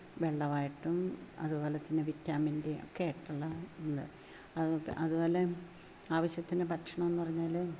വെള്ളമായിട്ടും അതുപോലെതന്നെ വിറ്റാമിന്ൻ്റെ ഒക്കെയായിട്ടുള്ള ഇത് അത് അതുപോലെ ആവശ്യത്തിന് ഭക്ഷണമെന്നു പറഞ്ഞാൽ